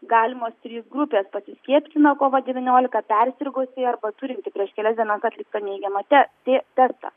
galimos trys grupės pasiskiepiję nuo kovid devyniolika persirgusieji arba turintys prieš kelias dienas atliktą neigiamą te tė testą